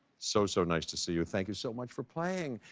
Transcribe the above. so, so nice to see you. thank you so much for playing.